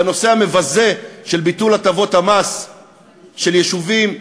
בנושא המבזה של ביטול הטבות המס של יישובים,